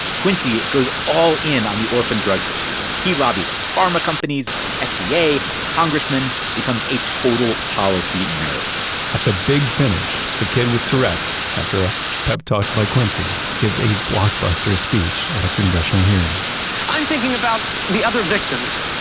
quincy goes all in on the orphan drugs issue. he lobbies pharma companies, the fda, congressmen, becomes a total policy nerd at the big finish, the kid with tourette's, after a pep talk by quincy, gives a blockbuster speech at a congressional hearing i'm thinking about the other victims,